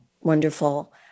Wonderful